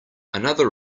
another